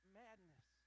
madness